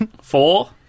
Four